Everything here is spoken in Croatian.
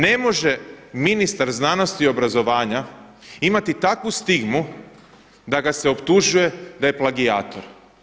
Ne može ministar znanosti i obrazovanja imati takvu stigmu da ga se optužuje da je plagijator.